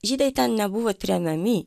žydai ten nebuvo tremiami